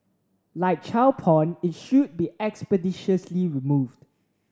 like child porn it should be expeditiously removed